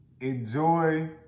enjoy